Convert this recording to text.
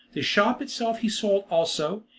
the shop itself he sold also,